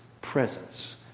presence